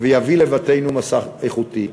ויביא לבתינו מסך איכותי.